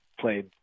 played